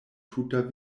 tuta